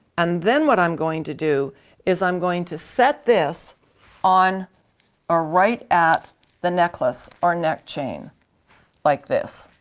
and then what i'm going to do is i'm going to set this on or right at the necklace or neck chain like this.